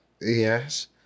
Yes